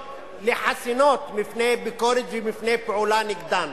לחסינות מפני ביקורת ומפני פעולה נגדן.